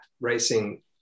racing